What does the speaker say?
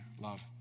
love